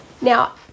Now